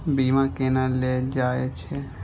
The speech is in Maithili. बीमा केना ले जाए छे?